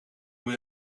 moet